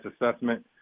assessment